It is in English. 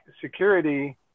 security